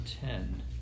ten